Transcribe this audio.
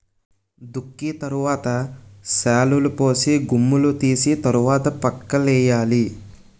దుక్కి తరవాత శాలులుపోసి గుమ్ములూ తీసి తరవాత పిక్కలేయ్యాలి